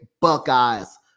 Buckeyes